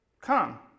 Come